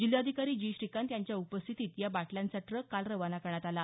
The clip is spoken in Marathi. जिल्हाधिकारी जी श्रीकांत यांच्या उपस्थितीत या बाटल्यांचा ट्रक काल खवाना करण्यात आला